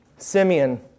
Simeon